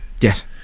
Yes